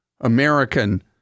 American